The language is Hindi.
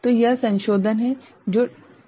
तो यह संशोधन है जो ठीक किया गया है